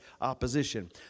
opposition